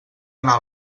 anar